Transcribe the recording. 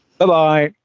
Bye-bye